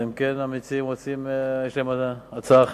אלא אם כן למציעים יש הצעה אחרת.